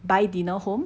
buy dinner home